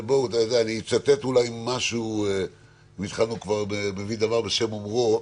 ואני אצטט אם התחלנו כבר במביא דבר בשם אומרו,